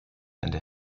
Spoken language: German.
ende